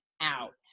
out